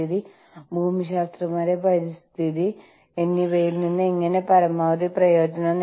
നിങ്ങളുടെ സ്വന്തം ഭൂമിശാസ്ത്രപരമായ പ്രദേശത്തിനുള്ളിലെ വിപണികളെ നിങ്ങൾ പൂർണമായി വിനിയോഗിച്ച് കഴിഞ്ഞു